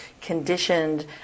conditioned